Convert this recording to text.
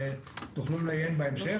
תוכלו לעיין בהמשך.